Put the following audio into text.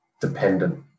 dependent